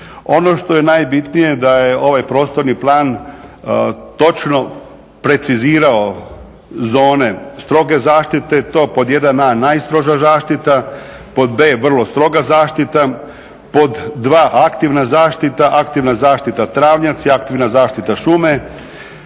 Ono što je najbitnije da je ovaj prostorni plan precizno precizirao zone stroge zaštite i to pod 1.a najstroža zaštita, pod b vrlo stroga zaštita, pod 2. zaštita, aktivna zaštita travnjaci, aktivna zaštita šume,